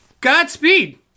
Godspeed